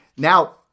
Now